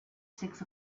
six